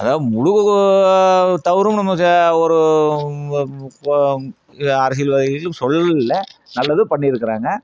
அதாவது முழு தவறும் நம்ம செ ஒரு நம்ப இப்போ அரசியல்வாதிங்களுக்கு சொல்லணுனு இல்லை நல்லதும் பண்ணியிருக்குறாங்க